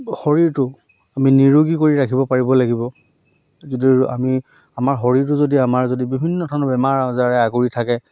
শৰীৰটো আমি নিৰোগী কৰি ৰাখিব পাৰিব লাগিব যদি আমি আমাৰ শৰীৰটো যদি আমাৰ যদি বিভিন্ন ধৰণৰ বেমাৰ আজাৰে আগুৰি থাকে